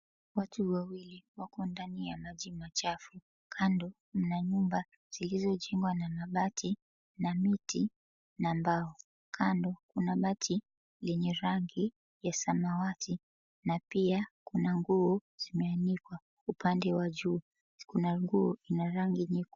Watu wawili wako ndani ya maji machafu. Kando kuna nyumba zilizojengwa na mabati na miti na mbao, kando kuna bati lenye rangi ya samawati na pia kuna nguo zimeanikw. Upande wa juu kuna nguo ina rangi nyekundu.